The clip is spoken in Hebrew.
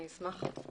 אני אשמח.